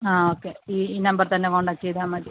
ആ ഓക്കെ ഈ ഈ നമ്പർ തന്നെ കോൺടാക്ട് ചെയ്താൽ മതി